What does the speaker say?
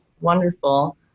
wonderful